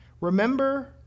Remember